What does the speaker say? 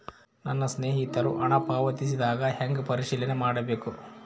ನನ್ನ ಸ್ನೇಹಿತರು ಹಣ ಪಾವತಿಸಿದಾಗ ಹೆಂಗ ಪರಿಶೇಲನೆ ಮಾಡಬೇಕು?